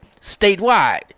statewide